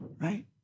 Right